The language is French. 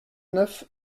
neuf